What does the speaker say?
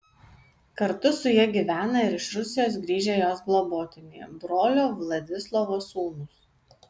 kartu su ja gyvena ir iš rusijos grįžę jos globotiniai brolio vladislovo sūnūs